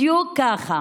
בדיוק ככה.